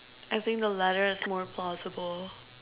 I think the latter is more plausible